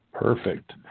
Perfect